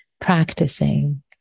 practicing